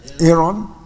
Aaron